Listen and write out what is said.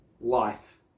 life